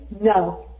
No